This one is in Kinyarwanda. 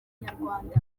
nyarwanda